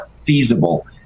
feasible